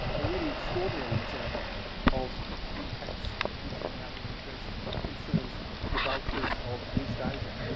a really extraordinary example of impacts which are now being addressed concerns the vultures of east asia.